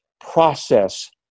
process